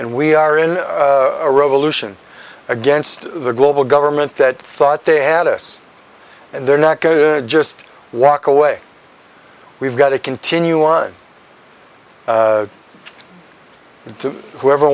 and we are in a revolution against the global government that thought they address and they're not going to just walk away we've got to continue on to whoever